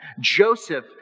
Joseph